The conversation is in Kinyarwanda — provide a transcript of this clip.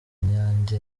nyange